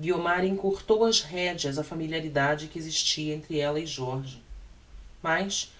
guiomar encurtou as redeas á familiaridade que existia entre ella e jorge mas